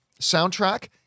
soundtrack